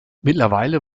mittlerweile